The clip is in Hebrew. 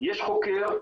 יש חוקר,